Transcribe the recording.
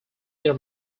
their